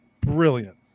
brilliant